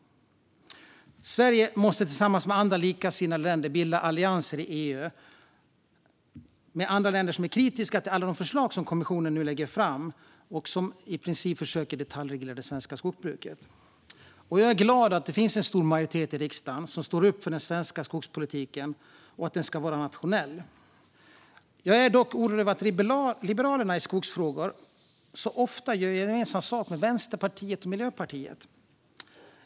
Sverige måste bilda allianser i EU tillsammans med andra länder som är kritiska till alla de förslag som kommissionen nu lägger fram och som i princip är försök att detaljreglera det svenska skogsbruket. Jag är glad över att det finns en stor majoritet i riksdagen som står upp för att den svenska skogspolitiken ska vara nationell. Jag är dock oroad över att Liberalerna i skogsfrågor så ofta gör gemensam sak med Vänsterpartiet och Miljöpartiet.